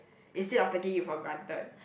instead of taking it for granted